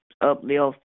uplift